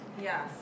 Yes